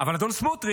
אבל אדון סמוטריץ',